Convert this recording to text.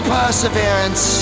perseverance